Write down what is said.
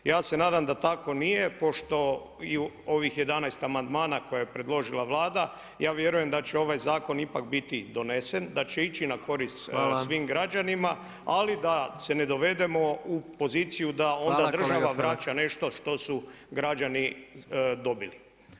Ja se nadam da tako nije pošto i u ovih 11 amandmana koje je predložila Vlada ja vjerujem da će ovaj zakon ipak biti donesen, da će ići na korist svim građanima ali da se ne dovedemo u poziciju da onda država vraća nešto što su građani dobili.